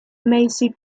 macy